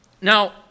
Now